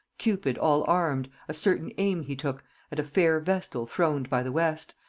cupid all-arm'd a certain aim he took at a fair vestal throned by the west,